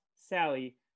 sally